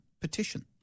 petition